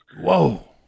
Whoa